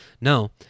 No